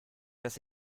dass